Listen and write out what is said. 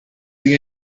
you